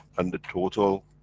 and the total